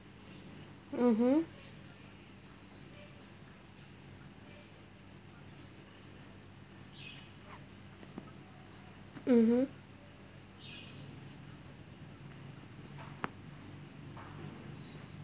mmhmm mmhmm